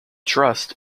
trust